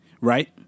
right